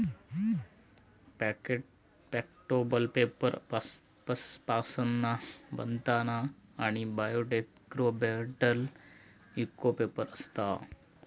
packet प्लॅटेबल paper पासना बनता आणि बायोडिग्रेडेबल इको पेपर असता